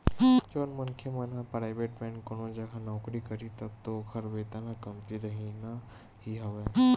जउन मनखे मन ह पराइवेंट कोनो जघा नौकरी करही तब तो ओखर वेतन ह कमती रहिना ही हवय